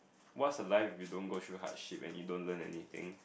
what's a life if you don't go through hardship and you don't learn anything